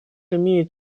имеет